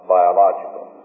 biological